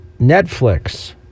Netflix